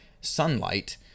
sunlight